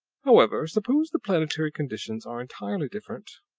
however, suppose the planetary conditions are entirely different.